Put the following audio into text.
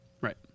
Right